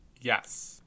Yes